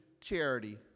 charity